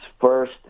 first